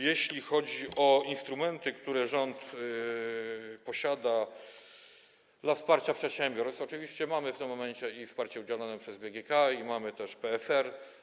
Jeśli chodzi o instrumenty, które rząd posiada, dotyczące wsparcia przedsiębiorstw, oczywiście mamy w tym momencie wsparcie udzielone przez BGK, mamy też PFR.